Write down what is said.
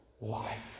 life